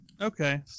Okay